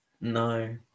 no